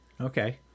Okay